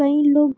कई लोग